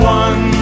one